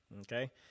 okay